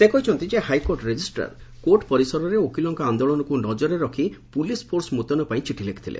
ସେ କହିଛନ୍ତି ଯେ ହାଇକୋର୍ଟ ରେଜିଷ୍ଟାର କୋର୍ଟ ପରିସରରେ ଓକିଲଙ୍କ ଆନ୍ଦୋଳନକୁ ନଜରରେ ରଖ ପୁଲିସ୍ ଫୋର୍ସ ମୁତୟନ ପାଇଁ ଚିଠି ଲେଖିଥିଲେ